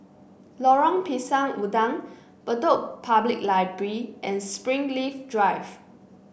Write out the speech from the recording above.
Lorong Pisang Udang Bedok Public Library and Springleaf Drive